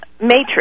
Matrix